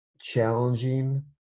challenging